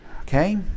Okay